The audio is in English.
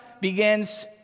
begins